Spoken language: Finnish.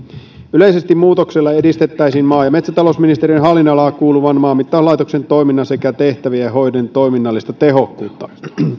yleisesti muutoksella edistettäisiin maa ja metsätalousministeriön hallinnonalaan kuuluvan maanmittauslaitoksen toiminnan sekä tehtävien hoidon toiminnallista tehokkuutta